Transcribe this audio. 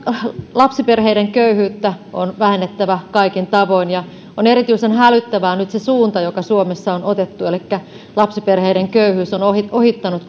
lapsiperheiden köyhyyttä on vähennettävä kaikin tavoin ja on erityisen hälyttävä nyt se suunta joka suomessa on otettu elikkä lapsiperheiden köyhyys on ohittanut